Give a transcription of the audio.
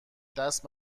دست